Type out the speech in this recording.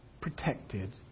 protected